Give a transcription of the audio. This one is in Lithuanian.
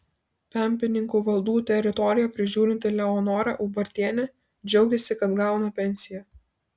pempininkų valdų teritoriją prižiūrinti leonora ubartienė džiaugiasi kad gauna pensiją